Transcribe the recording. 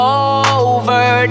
over